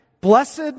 Blessed